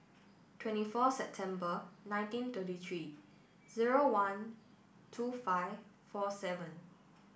twenty four September nineteen thirty three zero one two five four seven